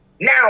Now